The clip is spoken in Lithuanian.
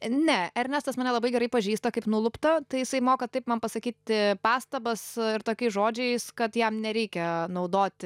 ne ernestas mane labai gerai pažįsta kaip nuluptą tai jisai moka taip man pasakyti pastabas ir tokiais žodžiais kad jam nereikia naudoti